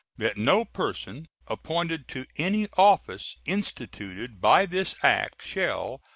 that no person appointed to any office instituted by this act shall,